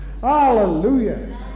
hallelujah